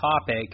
topic